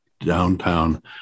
downtown